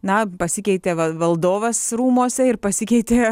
na pasikeitė val valdovas rūmuose ir pasikeitė